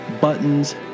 buttons